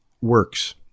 works